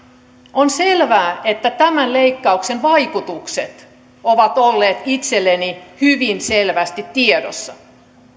on selvää että tämän leikkauksen vaikutukset ovat olleet itselleni hyvin selvästi tiedossa